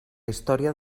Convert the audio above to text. història